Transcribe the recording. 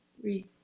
three